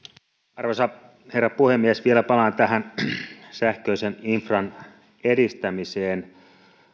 arvoisa herra puhemies vielä palaan tähän sähköisen infran edistämiseen